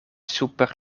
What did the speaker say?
super